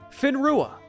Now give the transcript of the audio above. Finrua